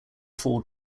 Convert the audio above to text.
four